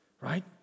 right